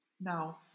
Now